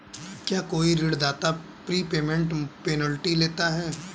क्या कोई ऋणदाता प्रीपेमेंट पेनल्टी लेता है?